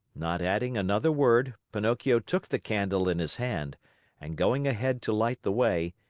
not adding another word, pinocchio took the candle in his hand and going ahead to light the way,